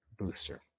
booster